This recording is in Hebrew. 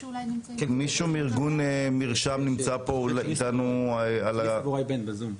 מישהו מארגון --- -מה השם בבקשה?